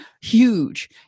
huge